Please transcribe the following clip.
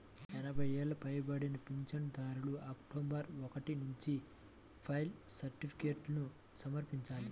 ఎనభై ఏళ్లు పైబడిన పింఛనుదారులు అక్టోబరు ఒకటి నుంచి లైఫ్ సర్టిఫికేట్ను సమర్పించాలి